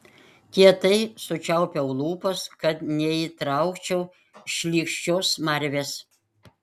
kietai sučiaupiau lūpas kad neįtraukčiau šlykščios smarvės